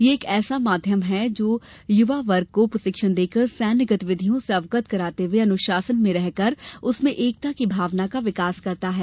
यह एक ऐसा माध्यम है जो युवा वर्ग को प्रशिक्षण देकर सैन्य गतिविधियों से अवगत कराते हुए अनुशासन में रहकर उनमें एकता की भावना का विकास करता है